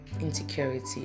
insecurity